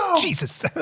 Jesus